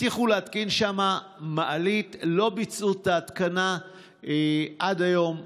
הבטיחו להתקין שם מעלית ולא ביצעו את ההתקנה עד היום.